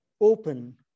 open